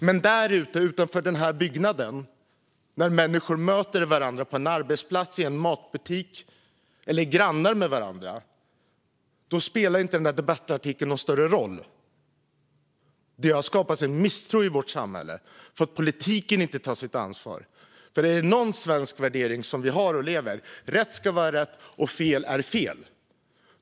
Men där ute, utanför denna byggnad, där människor möter varandra på en arbetsplats eller i en matbutik eller är grannar med varandra spelar den där debattartikeln ingen större roll. Det har skapats en misstro i vårt samhälle för att politiken inte tar sitt ansvar. Vår svenska värdering är att rätt ska vara rätt och att fel är fel.